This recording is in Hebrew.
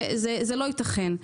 זה לא ייתכן.